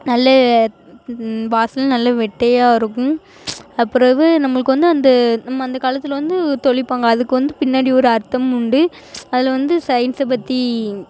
நல்ல வாசலில் நல்ல வெட்டையாக இருக்கும் அதுக்கு பிறகு நம்மளுக்கு வந்து அந்த நம்ம அந்த காலத்தில் வந்து தெளிப்பாங்க அதுக்கு வந்து பின்னாடி ஒரு அர்த்தமும் உண்டு அதில் வந்து சயின்ஸை பற்றி